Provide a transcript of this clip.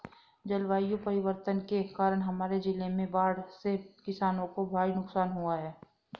जलवायु परिवर्तन के कारण हमारे जिले में बाढ़ से किसानों को भारी नुकसान हुआ है